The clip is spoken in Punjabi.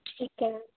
ਠੀਕ ਹੈ